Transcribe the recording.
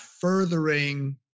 furthering